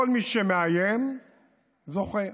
כל מי שמאיים, זוכה.